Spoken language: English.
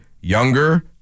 younger